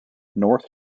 north